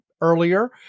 earlier